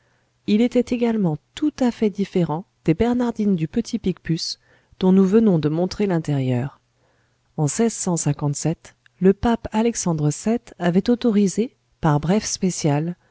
il était également tout à fait différent des bernardines du petit picpus dont nous venons de montrer l'intérieur en le pape alexandre vii avait autorisé par bref spécial